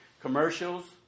Commercials